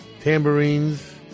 tambourines